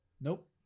Nope